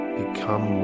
become